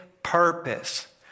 purpose